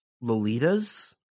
Lolita's